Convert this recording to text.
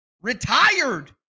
retired